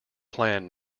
plan